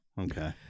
Okay